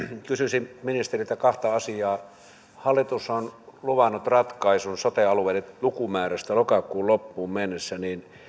kysyisin ministeriltä kahta asiaa hallitus on luvannut ratkaisun sote alueiden lukumäärästä lokakuun loppuun mennessä